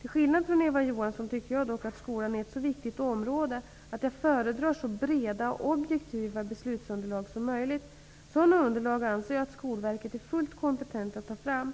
Till skillnad från Eva Johansson tycker jag dock att skolan är ett så viktigt område att jag föredrar så breda och objektiva beslutsunderlag som möjligt. Sådana underlag anser jag att Skolverket är fullt kompetent att ta fram.